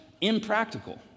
impractical